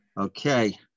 Okay